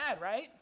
right